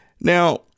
Now